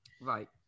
right